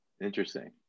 Interesting